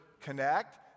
connect